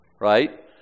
Right